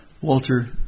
Walter